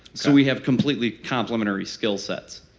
so we have completely complementary skill sets,